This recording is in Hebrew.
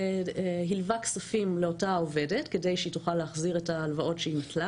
הלווה כספים לאותה עובדת כדי שהיא תוכל להחזיר את ההלוואות שהיא נטלה